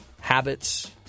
habits